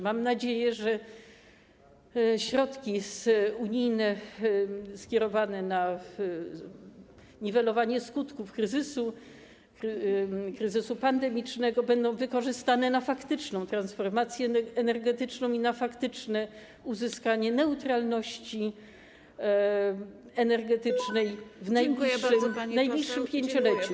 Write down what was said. Mam nadzieję, że środki unijne skierowane na niwelowanie skutków kryzysu pandemicznego będą wykorzystane na faktyczną transformację energetyczną i faktyczne uzyskanie neutralności energetycznej w najbliższym 5-leciu.